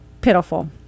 pitiful